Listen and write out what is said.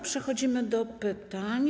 Przechodzimy do pytań.